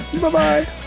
Bye-bye